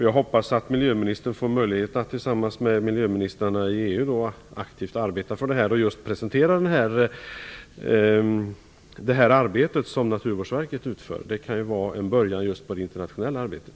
Jag hoppas att miljöministern får möjlighet att tillsammans med miljöministrarna i EU aktivt arbeta för detta. En början på det internationella arbetet kan vara att presentera den kartläggning som Naturvårdsverket har gjort.